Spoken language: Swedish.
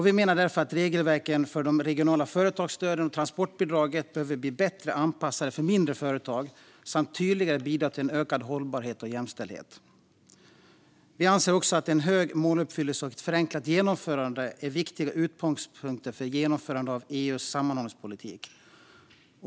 Vi menar därför att regelverken för de regionala företagsstöden och transportbidraget behöver bli bättre anpassade för mindre företag samt tydligare bidra till ökad hållbarhet och jämställdhet. Vi anser att hög måluppfyllelse och förenklat genomförande är viktiga utgångspunkter för genomförandet av EU:s sammanhållningspolitik.